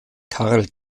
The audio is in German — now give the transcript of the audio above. karl